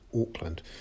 Auckland